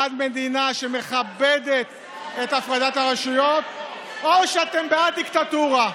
בעד מדינה שמכבדת את הפרדת הרשויות או שאתם בעד דיקטטורה?